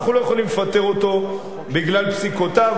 אנחנו לא יכולים לפטר אותו בגלל פסיקותיו.